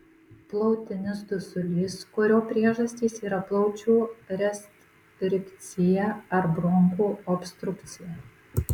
plautinis dusulys kurio priežastys yra plaučių restrikcija ar bronchų obstrukcija